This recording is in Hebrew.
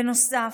בנוסף,